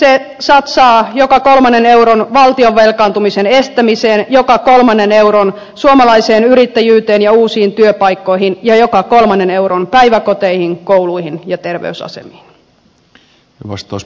se satsaa joka kolmannen euron valtion velkaantumisen estämiseen joka kolmannen euron suomalaiseen yrittäjyyteen ja uusiin työpaikkoihin ja joka kolmannen euron päiväkoteihin kouluihin ja terveysasemiin